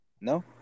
No